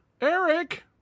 Eric